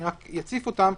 אני רק אציף אותם.